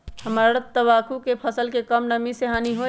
हमरा तंबाकू के फसल के का कम नमी से हानि होई?